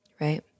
Right